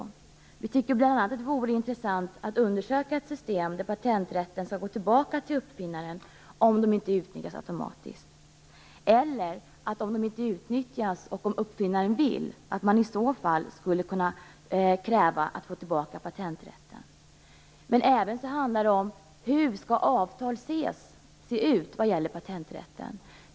Det vore bl.a. intressant att undersöka ett system där patenträtten skall gå tillbaka till uppfinnaren om den inte utnyttjas automatiskt, eller att uppfinnaren får tillbaka patenträtten om han skulle kräva det. Det handlar även om hur avtal skall se ut vad gäller patenträtten.